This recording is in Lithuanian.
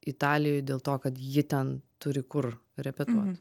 italijoj dėl to kad ji ten turi kur repetuot